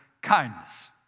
Kindness